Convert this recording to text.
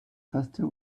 faster